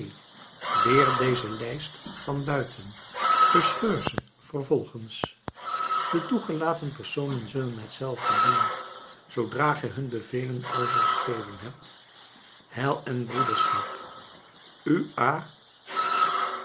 leer deze lijst van buiten verscheur ze vervolgens de toegelaten personen zullen hetzelfde doen zoodra gij hun bevelen overgegeven hebt heil en broederschap u